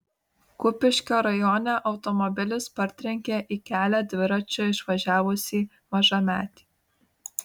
kupiškio rajone automobilis partrenkė į kelią dviračiu išvažiavusį mažametį